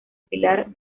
pilar